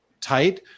tight